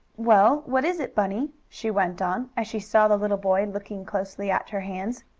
well, what is it, bunny? she went on, as she saw the little boy looking closely at her hands.